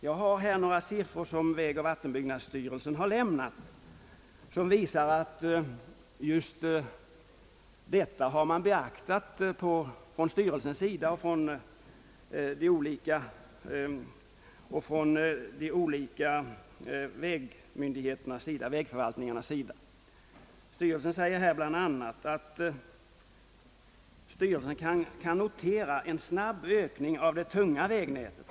Jag har här några siffror som vägoch vattenbyggnadsstyrelsen lämnat och som visar att man har beaktat detta från styrelsens och från de olika vägförvaltningarnas sida. Styrelsen säger bl.a.: »Styrelsen kan också med tillfredsställelse notera en snabb ökning av det ”tunga vägnätet.